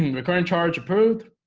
recording charge approved